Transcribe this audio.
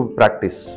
practice